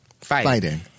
fighting